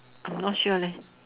I am not sure leh